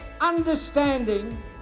understanding